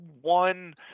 one